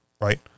right